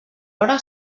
hora